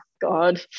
God